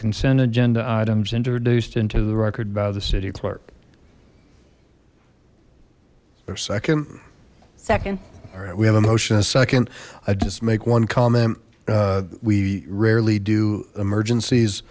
consent agenda items introduced into the record by the city clerk there a second second all right we have a motion a second i just make one comment we rarely do emergencies